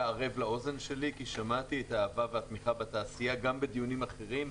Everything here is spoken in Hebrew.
ערב לאוזן שלי כי שמעתי אהבה ותמיכה בתעשייה גם בדיונים אחרים,